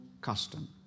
custom